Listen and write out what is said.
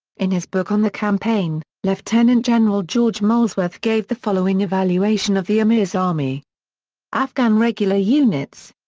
in his book on the campaign, lieutenant-general george molesworth gave the following evaluation of the amir's army afghan regular units.